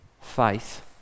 faith